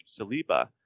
Saliba